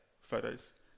photos